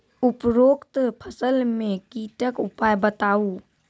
उपरोक्त फसल मे कीटक उपाय बताऊ?